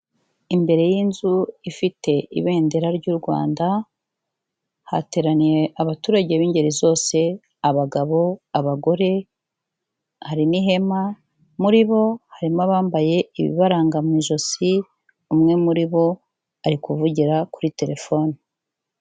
Imbere y'inzu ifite ibendera ry'u Rwanda, hateraniye abaturage b'ingeri zose, abagabo, abagore, hari n'ihema, muri bo harimo abambaye ibibaranga mu ijosi, umwe muri bo, ari kuvugira kuri terefoni.